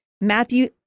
Matthew